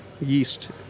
yeast